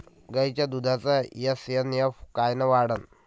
गायीच्या दुधाचा एस.एन.एफ कायनं वाढन?